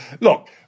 Look